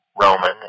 Roman